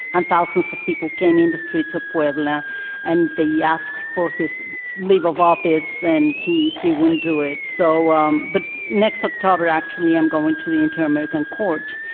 and thousands of people came in the streets of puebla and they yeah ask for his leave of office, and he he wouldn't do it. so um but next october actually i'm going to the inter-american court,